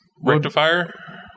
Rectifier